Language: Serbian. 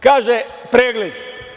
Kaže – pregled.